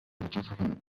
difficult